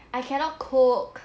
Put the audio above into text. I cannot cook